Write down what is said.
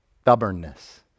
stubbornness